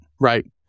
right